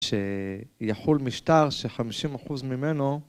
שיחול משטר ש-50% ממנו